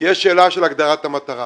יש שאלה של הגדרת המטרה.